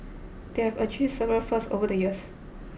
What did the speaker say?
they have achieved several firsts over the years